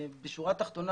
בשורה תחתונה,